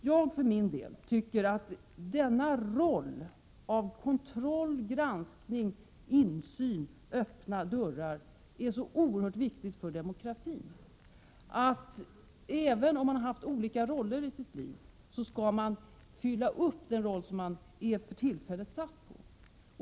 Jag för min del tycker att denna roll, innebärande kontroll, granskning, insyn, öppna dörrar, är så oerhört viktig för demokratin att jag även om jag har haft andra funktioner tidigare vill försöka fylla min nya roll.